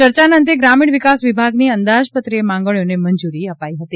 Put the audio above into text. ચર્ચાના અંતે ગ્રામીણ વિકાસ વિભાગની અંદાજપત્રીય માંગણીઓને મંજુરી અપાઈ હતી